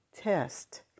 test